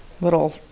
little